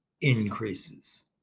increases